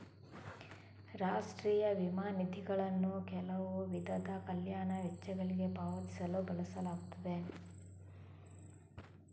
ರಾಷ್ಟ್ರೀಯ ವಿಮಾ ನಿಧಿಗಳನ್ನು ಕೆಲವು ವಿಧದ ಕಲ್ಯಾಣ ವೆಚ್ಚಗಳಿಗೆ ಪಾವತಿಸಲು ಬಳಸಲಾಗುತ್ತದೆ